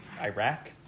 Iraq